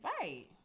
right